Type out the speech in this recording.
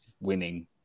winning